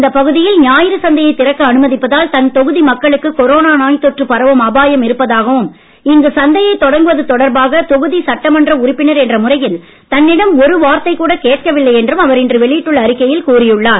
இந்த பகுதியில் ஞாயிறு சந்தையை திறக்க அனுமதிப்பதால் தன் தொகுதி மக்களுக்கு கொரோனா நோய் தொற்று பரவும் அபாயம் இருப்பதாகவும் இங்கு சந்தையை தொடங்குவது தொடர்பாக தொகுதி சட்டமன்ற உறுப்பினர் என்ற முறையில் தன்னிடம் ஒரு வார்த்தை கூட கேட்கவில்லை என்றும் அவர் இன்று வெளியிட்டுள்ள அறிக்கையில் கூறியுள்ளார்